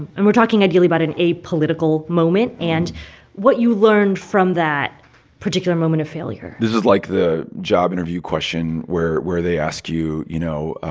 and we're talking, ideally, about an apolitical moment and what you learned from that particular moment of failure this is like the job interview question where where they ask you, you know,